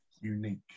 Unique